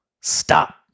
Stop